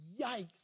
Yikes